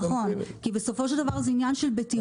נכון, כי בסופו של דבר זה עניין של בטיחות.